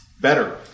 better